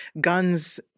Guns